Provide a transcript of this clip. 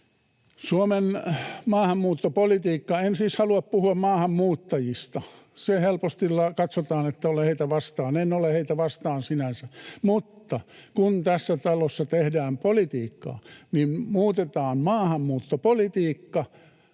vain päätöksenteon takana. En siis halua puhua maahanmuuttajista, sillä silloin helposti katsotaan, että olen heitä vastaan. En ole heitä vastaan sinänsä. Mutta kun tässä talossa tehdään politiikkaa, niin muutetaan maahanmuuttopolitiikka,